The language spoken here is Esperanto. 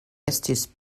estis